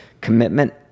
Commitment